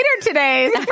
today